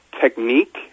technique